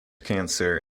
cancer